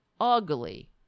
ugly